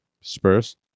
spurs